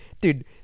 dude